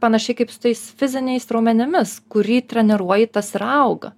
panašiai kaip su tais fiziniais raumenimis kurį treniruoji tas ir auga